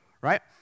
Right